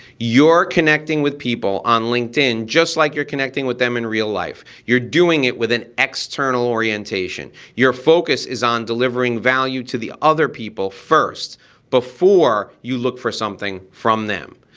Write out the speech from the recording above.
you're connecting with people on linkedin just like you're connecting with them in real life. you're doing it with an external orientation. your focus is on delivering value to the other people first before you look for something from them.